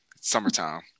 Summertime